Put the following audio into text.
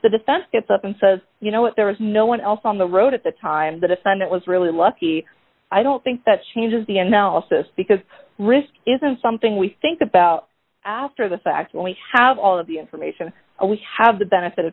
the defense gets up and says you know what there was no one else on the road at the time the defendant was really lucky i don't think that changes the analysis because risk isn't something we think about after the fact when we have all of the information and we have the benefit of